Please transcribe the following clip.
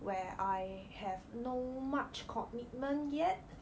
where I have no much commitment yet